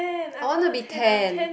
I wanna be tan